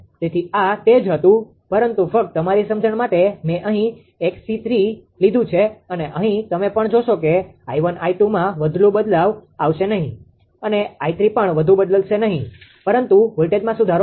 તેથી આ તે જ હતું પરંતુ ફક્ત તમારી સમજણ માટે મેં અહી 𝑥𝐶3 લીધુ છે અને અહીં તમે પણ જોશો કે 𝑖1 𝑖2માં વધુ બદલાવ આવશે નહીં અને 𝑖3 પણ વધુ બદલશે નહીં પરંતુ વોલ્ટેજમાં સુધારો થશે